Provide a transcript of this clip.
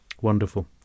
Wonderful